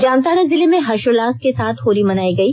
जामताड़ा जिले में हर्षोल्लास के साथ होली मनायी गई